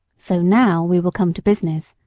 so now we will come to business.